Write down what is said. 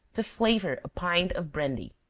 to flavor a pint of brandy.